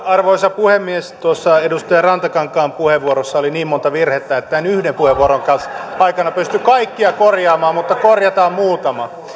arvoisa puhemies tuossa edustaja rantakankaan puheenvuorossa oli niin monta virhettä että en yhden puheenvuoron aikana pysty kaikkia korjaamaan mutta korjataan muutama